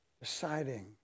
deciding